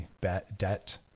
debt